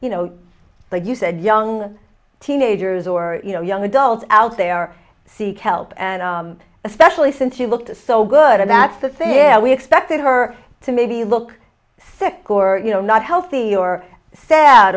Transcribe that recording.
you know like you said young teenagers or young adults out there seek help and especially since she looked so good and that's the thing we expected her to maybe look sick or you know not healthy or sad